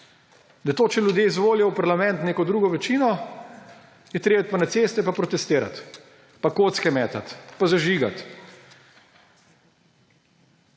Da to, če ljudje izvolijo v parlament neko drugo večino, je treba iti na cesto pa protestirati pa kocke metati pa zažigati